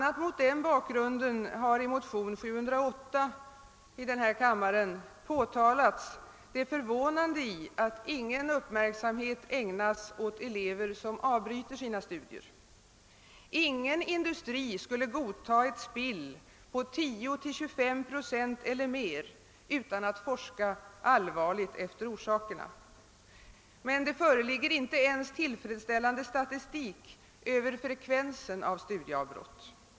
a. mot den bakgrunden har i motion II: 708 påtalats det förvånande i att ingen uppmärksamhet ägnas åt elever som avbryter sina studier. Ingen industri skulle godta ett spill på 10—25 procent eller mer utan att forska allvarligt efter orsakerna. Men det föreligger inte ens tillfredsställande statistik över frekvensen av studieavbrott.